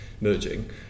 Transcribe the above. merging